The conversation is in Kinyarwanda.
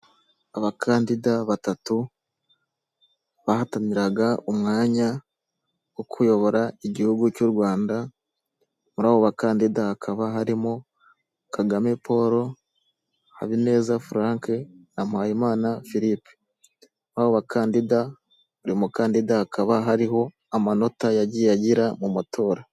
Abakandida batatu bahataniraga umwanya wo kuyobora igihugu cy'u Rwanda muri abo bakandida hakaba harimo Kagame Paul, Habineza Frank na Mpayimana Philippe, kuri abo bakandida buri mukandida hakaba hariho amanota yagiye agira mu matora.